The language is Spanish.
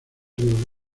río